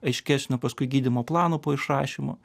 aiškesnio paskui gydymo plano po išrašymo